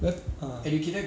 yup ah